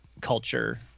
culture